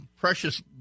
precious